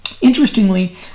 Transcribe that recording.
interestingly